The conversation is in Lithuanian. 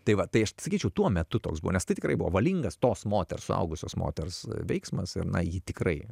tai va tai aš sakyčiau tuo metu toks buvo nes tai tikrai buvo valingas tos moters suaugusios moters veiksmas ar na ji tikrai